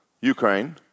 Ukraine